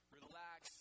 relax